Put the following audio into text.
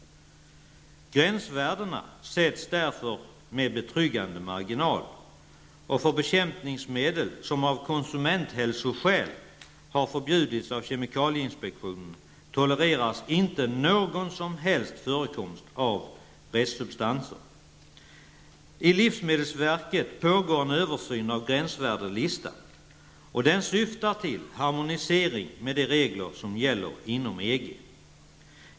Gränsvärdena sätts därför med betryggande marginal. När det gäller bekämpningsmedel som av konsumenthälsoskäl har förbjudits av kemikalieinspektionen tolereras inte någon som helst förekomst av restsubstanser. Hos livsmedelsverket pågår en översyn av gränsvärdeslistan som syftar till harmonisering med de regler som gäller inom EG.